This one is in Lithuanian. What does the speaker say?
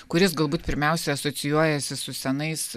kuris galbūt pirmiausia asocijuojasi su senais